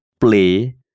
play